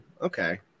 Okay